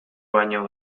baino